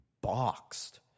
boxed